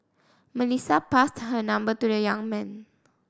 Melissa passed her number to the young man